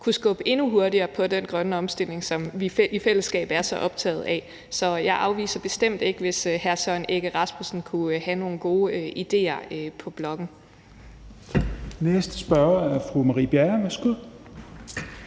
kunne skubbe endnu hurtigere på den grønne omstilling, som vi i fællesskab er så optaget af. Så jeg afviser bestemt ikke, at hr. Søren Egge Rasmussen kunne have nogle gode idéer på blokken.